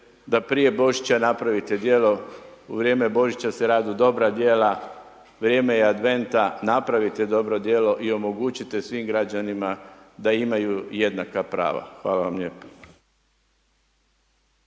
da prije Božića napravite djelo, u vrijeme Božića se radu dobra dijela, vrijeme je adventa, napravite dobro djelo i omogućite svim građanima da imaju jednaka prava. Hvala vam lijepo.